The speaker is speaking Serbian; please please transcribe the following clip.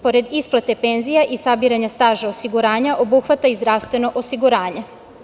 Pored isplate penzija i sabiranja staža osiguranja, obuhvata i zdravstveno osiguranje.